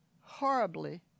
horribly